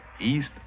east